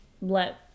let